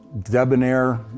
debonair